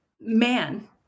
man